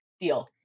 deal